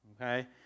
Okay